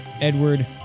Edward